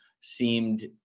seemed